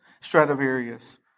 Stradivarius